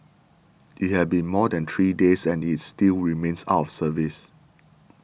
it has been more than three days and is still remains out of service